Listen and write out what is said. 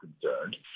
concerned